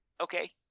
Okay